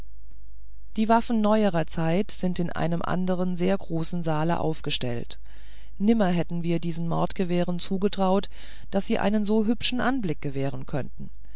die waffen neuerer zeit sind in einem anderen sehr großen saale aufgestellt nimmer hätten wir diesen mordgewehren zugetraut daß sie einen so hübschen anblick gewähren könnten